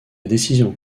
décision